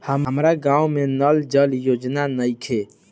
हमारा गाँव मे नल जल योजना नइखे?